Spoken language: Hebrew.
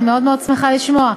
אני מאוד מאוד שמחה לשמוע.